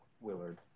Willard